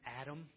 Adam